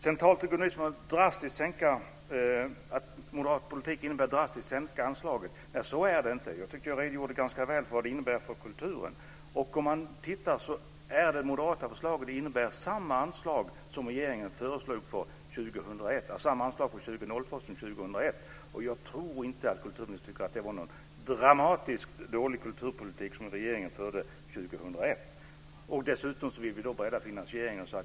Sedan talade ministern om att moderat politik innebär drastiskt sänkta anslag, men så är det inte. Jag tycker att jag redogjorde ganska väl för vad det innebär för kulturen. Det moderata förslaget innebär samma anslag för 2002 som regeringen föreslog för 2001. Jag tror inte att kulturministern tycker att det var någon dramatiskt dålig kulturpolitik som regeringen förde 2001. Dessutom vill vi bredda finansieringen.